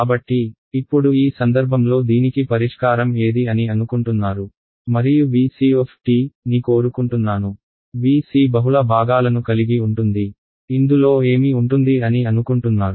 కాబట్టి ఇప్పుడు ఈ సందర్భంలో దీనికి పరిష్కారం ఏది అని అనుకుంటున్నారు మరియు Vc ని కోరుకుంటున్నాను Vc బహుళ భాగాలను కలిగి ఉంటుంది ఇందులో ఏమి ఉంటుంది అని అనుకుంటున్నారు